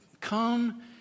Come